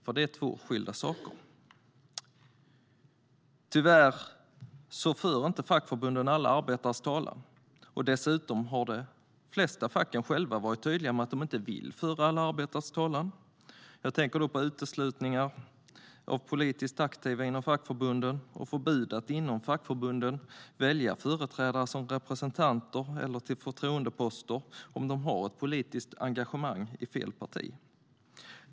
Det är två skilda saker. Tyvärr för inte fackförbunden alla arbetares talan, och dessutom har de flesta facken själva varit tydliga med att de inte vill föra alla arbetares talan. Jag tänker då på uteslutningar av politiskt aktiva inom fackförbunden och förbud att inom fackförbunden välja företrädare som representanter eller till förtroendeposter om de har ett politiskt engagemang i fel parti.